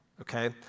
okay